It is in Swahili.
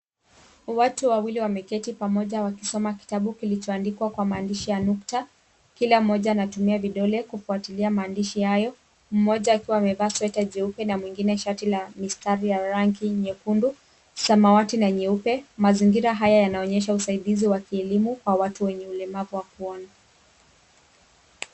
Watu wawili wameketi pamoja wakisoma kitabu kilichoandikwa kwa maandishi ya nukta. Kila mmoja anatumia vidole kufuatilia maandishi hayo, mmoja akiwa amevaa sweta jeupe na mwengine shati la mistari ya rangi nyekundu, samawati na nyeupe. Mazingira haya yanaonyesha usaidizi wa kielimu wa watu wenye ulemavu wa kuona.